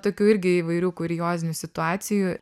tokių irgi įvairių kuriozinių situacijų